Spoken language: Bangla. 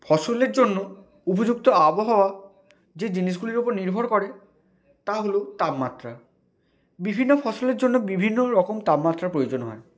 ফসলের জন্য উপযুক্ত আবহাওয়া যে জিনিসগুলির ওপর নির্ভর করে তা হলো তাপমাত্রা বিভিন্ন ফসলের জন্য বিভিন্ন রকম তাপমাত্রা প্রয়োজন হয়